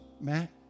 Matt